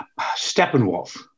Steppenwolf